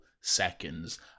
seconds